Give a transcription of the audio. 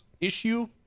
issue